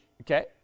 Okay